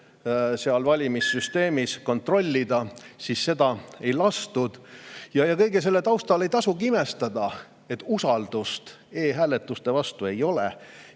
asju valimissüsteemis kontrollida, et seda ei lastud teha. Kõige selle taustal ei tasugi imestada, et usaldust e‑hääletuse vastu ei ole.